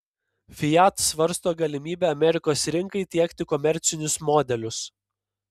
fiat svarsto galimybę amerikos rinkai tiekti komercinius modelius